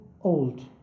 old